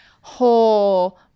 whole